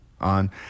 on